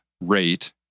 rate